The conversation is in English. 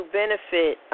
benefit